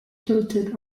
tilted